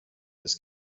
this